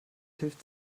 hilft